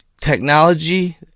technology